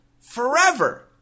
forever